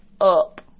up